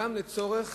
גם לצורך